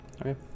Okay